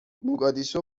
موگادیشو